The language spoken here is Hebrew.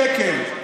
שקל,